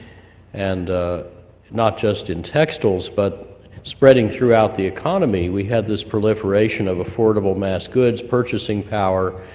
and not just in textiles, but spreading throughout the economy we had this proliferation of affordable mass goods, purchasing power,